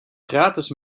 gratis